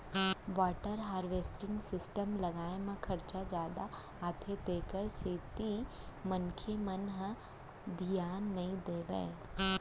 water harvesting system लगवाए म खरचा जादा आथे तेखर सेती मनखे मन ह धियान नइ देवय